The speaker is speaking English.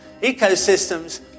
Ecosystems